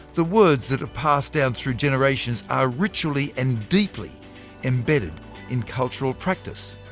the words that are passed down through generations are ritually and deeply embedded in cultural practice.